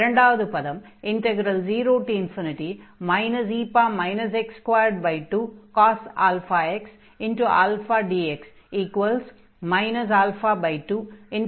இரண்டாவது பதம் 0 e x22cos αx αdx α20e x2cos αx dx